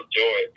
joy